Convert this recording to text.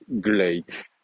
great